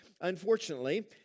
Unfortunately